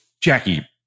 Jackie